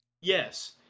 Yes